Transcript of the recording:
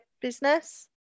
business